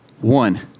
One